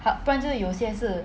不然就是有些是